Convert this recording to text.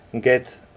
get